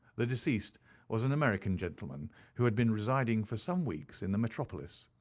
the deceased was an american gentleman who had been residing for some weeks in the metropolis.